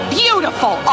beautiful